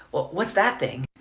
what's that thing?